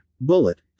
Bullet